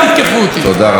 תודה רבה.